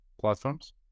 platforms